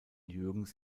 jürgens